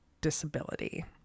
disability